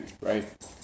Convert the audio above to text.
right